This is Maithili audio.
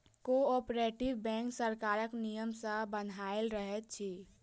कोऔपरेटिव बैंक सरकारक नियम सॅ बन्हायल रहैत अछि